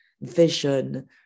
vision